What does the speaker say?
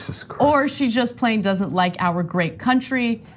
so or she just plain doesn't like our great country.